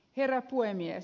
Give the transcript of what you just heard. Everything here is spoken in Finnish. herra puhemies